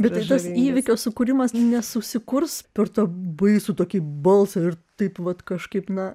biržos įvykio sukūrimas nesusikurs spurto baisų tokį balsą ir taip vat kažkaip na